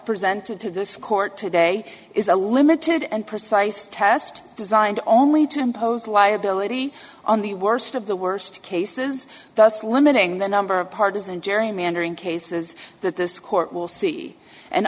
presented to this court today is a limited and precise test designed only to impose liability on the worst of the worst cases thus limiting the number of partisan gerrymandering cases that this court will see and